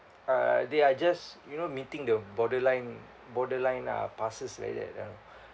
uh they are just you know meeting the borderline borderline uh passes like that ah